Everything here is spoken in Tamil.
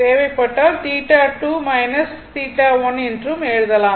தேவைப்பட்டால் 2 1 என்றும் எழுதலாம்